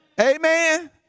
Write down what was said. Amen